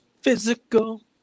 Physical